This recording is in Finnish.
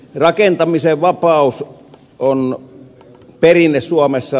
rakentamisen vapaus on perinne suomessa